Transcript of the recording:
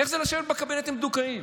איך זה לשבת בקבינט עם בדוקאים?